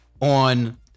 on